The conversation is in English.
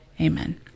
Amen